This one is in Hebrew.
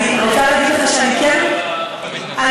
אני רוצה להגיד לך שאני כן, סליחה,